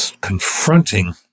Confronting